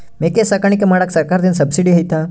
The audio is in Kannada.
ಮೇಕೆ ಸಾಕಾಣಿಕೆ ಮಾಡಾಕ ಸರ್ಕಾರದಿಂದ ಸಬ್ಸಿಡಿ ಐತಾ?